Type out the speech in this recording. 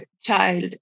child